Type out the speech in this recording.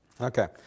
Okay